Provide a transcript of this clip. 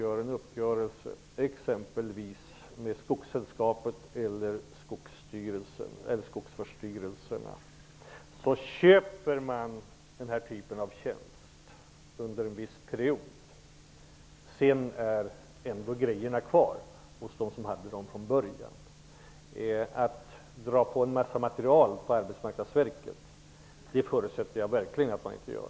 Vid en uppgörelse med t.ex. Skogssällskapet eller skogsvårdsstyrelserna köps denna typ av tjänst upp under en viss period. Grejorna finns kvar hos dem där de fanns från början. Jag förutsätter verkligen att Arbetsmarknadsstyrelsen inte tar på sig kostnader för material.